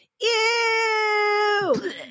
Ew